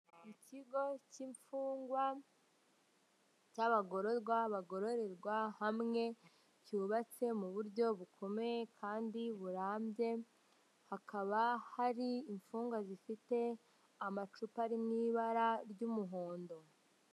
Ikigo cyimfungwa cyabagororwa bagororerwa hamwe, cyubatse muburyo bukomeye Kandi burambye hakaba hari imfungwa zifite amacupa ari mwibara ry'umuhondo.